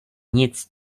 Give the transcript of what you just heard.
nic